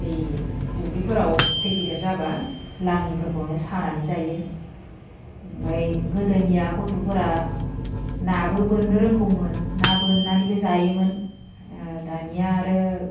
दै दुब्लिफोराव दै गेदेर जाबा लाङिफोरखौनो सानानै जायो ओमफ्राय गोदोनिया गथ'फोरा नाबो बोननो रोंगौमोन ना बोननानैबो जायोमोन दानिया आरो